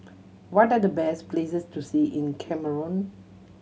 what are the best places to see in Cameroon